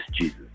Jesus